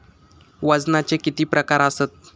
वजनाचे किती प्रकार आसत?